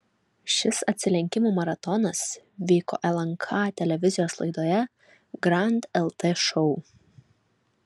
šis atsilenkimų maratonas vyko lnk televizijos laidoje grand lt šou